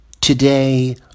Today